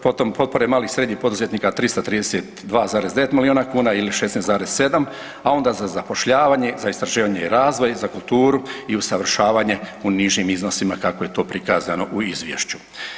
Potom potpore malih i srednjih poduzetnika 332,9 milijuna kuna ili 16,7 a onda za zapošljavanje, za istraživanje i razvoj, za kulturu i usavršavanje u nižim iznosima kako je to prikazano u izvješću.